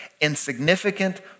insignificant